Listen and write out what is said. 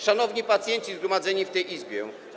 Szanowni pacjenci zgromadzeni w tej Izbie!